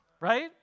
right